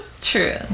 True